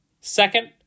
second